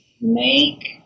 make